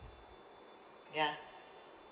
ya